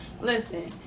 listen